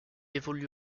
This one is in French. évolue